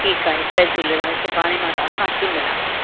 ठीकु आहे जय झूलेलाल सुभाणे मां तव्हां सां अची मिला थी